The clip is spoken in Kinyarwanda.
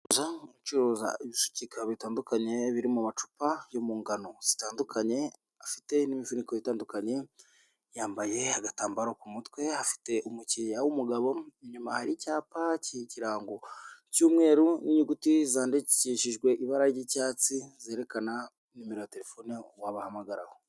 Gucuruza ibisukika bitandukanye biri mu macupa yo mu ngano zitandukanye, afite n'imifuniko itandukanye, yambaye agatambaro ku mutwe, afite umukiriya w'umugabo. Inyuma hari icyapa cy'ikirango cy'umweru n'inyuguti zandikishijwe ibara ry'icyatsi zerekana numero ya telefone wabahamagaraho.